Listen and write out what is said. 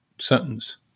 sentence